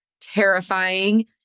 terrifying